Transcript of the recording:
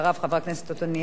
חבר הכנסת עתניאל שנלר,